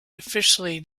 officially